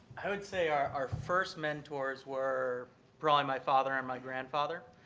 i would say our our first mentors were probably my father and my grandfather.